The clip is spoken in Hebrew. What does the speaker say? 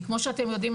כמו שאתם יודעים,